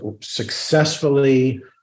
successfully